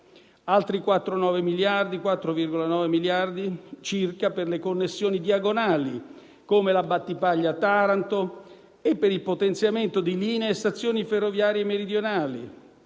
Altri 4,9 miliardi circa sono previsti per le connessioni diagonali, come la Battipaglia-Taranto e per il potenziamento di linee e stazioni ferroviarie meridionali.